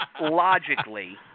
logically